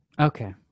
Okay